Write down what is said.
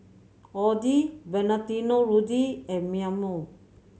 Audi Valentino Rudy and Mimeo